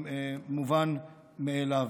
מובן מאליו.